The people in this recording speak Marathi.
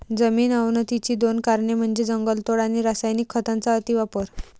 जमीन अवनतीची दोन कारणे म्हणजे जंगलतोड आणि रासायनिक खतांचा अतिवापर